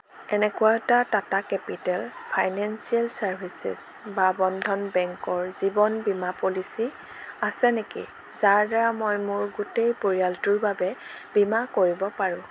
এনেকুৱা এটা Tata capital financial services বা বন্ধন বেংকৰ জীৱন বীমা পলিচী আছে নেকি যাৰ দ্বাৰা মই মোৰ গোটেই পৰিয়ালটোৰ বাবে বীমা কৰিব পাৰোঁ